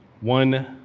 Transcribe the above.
one